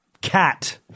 cat